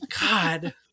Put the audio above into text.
God